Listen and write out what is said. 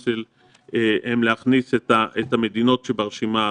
הן להכניס את המדינות שהן ברשימה הזו: